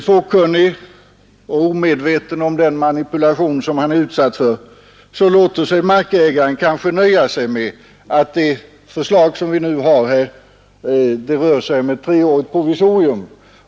Fåkunnig och omedveten om den manipulation som han är utsatt för låter sig markägaren kanske nöja med att det enligt det förslag som föreligger rör sig om ett treårigt provisorium.